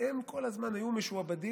הם כל הזמן היו משועבדים,